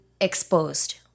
exposed